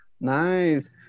nice